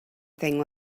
thing